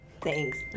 Thanks